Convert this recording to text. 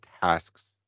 tasks